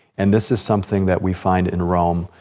and this is something that we find in rome,